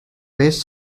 best